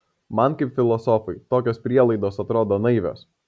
man kaip filosofui tokios prielaidos atrodo naivios